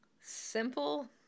Simple